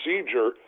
procedure